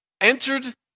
entered